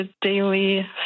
daily